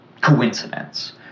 coincidence